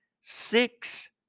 six